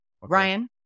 ryan